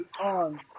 on